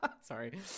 Sorry